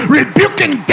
rebuking